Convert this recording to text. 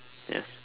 yes